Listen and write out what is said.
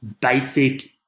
basic